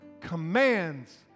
commands